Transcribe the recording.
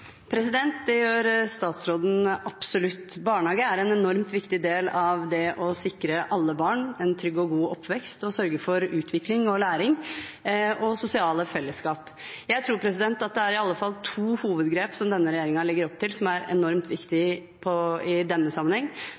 Det gjør statsråden absolutt. Barnehage er en enormt viktig del av det å sikre alle barn en trygg og god oppvekst og det å sørge for utvikling, læring og sosiale fellesskap. Jeg tror at i alle fall to hovedgrep som denne regjeringen legger opp til, er enormt viktig i denne sammenheng.